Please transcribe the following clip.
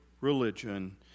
religion